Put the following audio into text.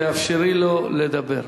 תאפשרי לו לדבר.